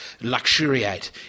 luxuriate